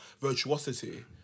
virtuosity